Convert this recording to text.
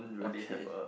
okay